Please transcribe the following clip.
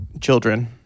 children